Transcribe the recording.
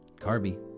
Carby